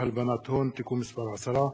תודה.